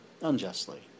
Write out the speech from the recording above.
unjustly